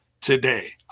today